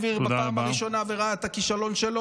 אז מי שהאמין לבן גביר בפעם הראשונה וראה את הכישלון שלו,